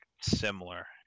similar